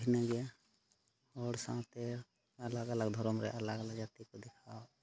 ᱵᱷᱤᱱᱟᱹᱜᱮᱭᱟ ᱦᱚᱲ ᱥᱟᱶᱛᱮ ᱟᱞᱟᱜᱽᱼᱟᱞᱟᱜᱽ ᱫᱷᱚᱨᱢ ᱨᱮ ᱟᱞᱟᱜᱽᱼᱟᱞᱟᱜᱽ ᱡᱟᱹᱛᱤ ᱠᱚ ᱫᱮᱠᱷᱟᱣᱟ